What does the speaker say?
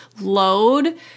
load